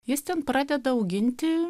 jis ten pradeda auginti